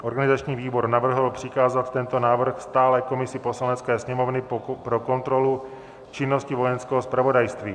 Organizační výbor navrhl přikázat tento návrh stálé komisi Poslanecké sněmovny pro kontrolu činnosti Vojenského zpravodajství.